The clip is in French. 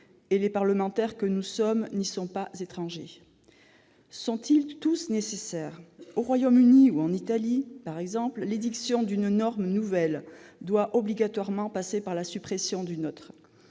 Et les parlementaires que nous sommes n'y sont pas étrangers ! Ces textes sont-ils tous nécessaires ? Au Royaume-Uni ou en Italie, par exemple, l'édiction d'une nouvelle norme doit obligatoirement passer par la suppression d'une autre.